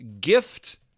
gift